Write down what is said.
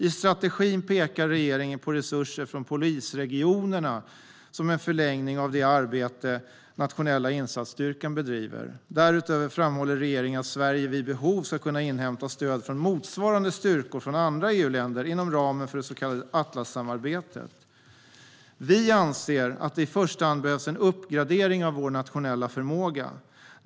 I strategin pekar regeringen på resurser från polisregionerna som en förlängning av det arbete Nationella insatsstyrkan bedriver. Därutöver framhåller regeringen att Sverige vid behov ska kunna inhämta stöd från motsvarande styrkor från andra EU-länder inom ramen för det så kallade Atlassamarbetet. Vi anser att det i första hand behövs en uppgradering av vår nationella förmåga.